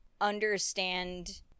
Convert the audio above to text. understand